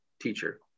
teacher